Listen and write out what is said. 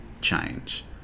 change